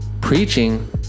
preaching